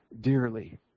dearly